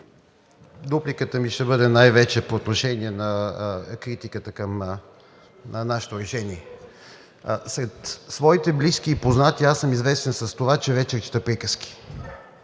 Дупликата ми ще бъде най-вече по отношение на критиката към нашето решение. Сред своите близки и познати аз съм известен с това, че вечер чета приказки,